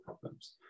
problems